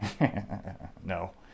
No